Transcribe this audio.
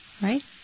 Right